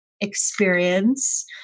experience